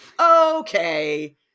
Okay